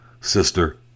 sister